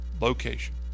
location